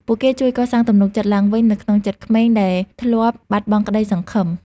ពួកគេជួយកសាងទំនុកចិត្តឡើងវិញនៅក្នុងចិត្តក្មេងដែលធ្លាប់បាត់បង់ក្ដីសង្ឃឹម។